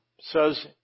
says